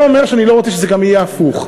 זה לא אומר שאני לא רוצה שזה גם יהיה הפוך.